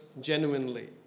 genuinely